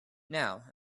now